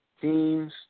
teams